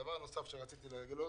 עקב פניות שקיבלתי,